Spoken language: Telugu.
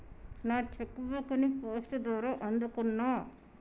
నా చెక్ బుక్ ని పోస్ట్ ద్వారా అందుకున్నా